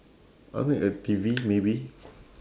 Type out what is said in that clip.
I'll make a T_V maybe